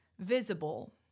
visible